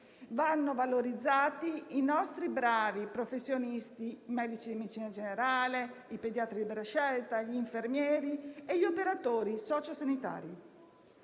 Vanno valorizzati i nostri bravi professionisti: i medici di medicina generale, i pediatri di libera scelta, gli infermieri e gli operatori socio-sanitari,